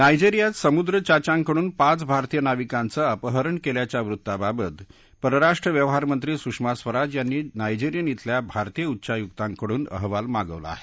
नायजेरियात समुद्र चाच्यांकडून पाच भारतीय नाविकांचं अपहरण केल्याच्या वृत्ताबाबत परराष्ट्र व्यवहारमंत्री सुषमा स्वराज यांनी नायजेरिया खल्या भारतीय उच्चायुक्तांकडून अहवाल मागवला आहे